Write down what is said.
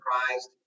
surprised